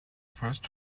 first